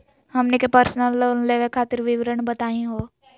हमनी के personal loan लेवे खातीर विवरण बताही हो?